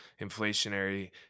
inflationary